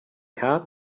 had